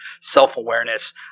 self-awareness